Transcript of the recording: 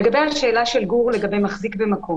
לגבי השאלה של גור, לגבי מחזיק במקום